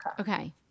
Okay